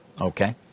Okay